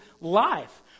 life